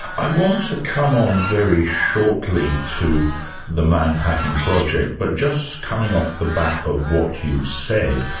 i want to come on very shortly to the manhattan project, but just coming off the back of what you've said,